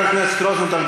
חבר הכנסת רוזנטל,